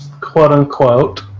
quote-unquote